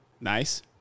Nice